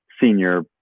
senior